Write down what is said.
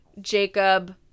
jacob